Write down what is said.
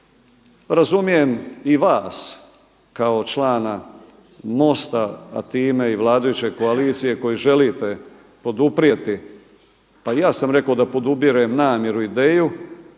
Razumijem i vas kao članak MOST-a a time i vladajuće koalicije koju želite poduprijeti, pa i ja sam rekao da podupirem namjeru i ideju